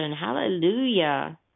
Hallelujah